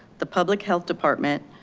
the public health department,